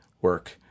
work